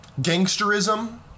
gangsterism